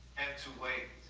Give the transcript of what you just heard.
and to wait.